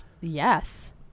yes